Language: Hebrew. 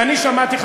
ואני שמעתי,